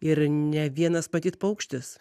ir ne vienas matyt paukštis